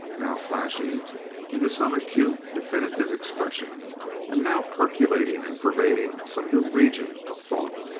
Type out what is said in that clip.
now flashing into some acute definitive expression and now percolating and pervading some new region of thought,